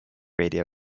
radio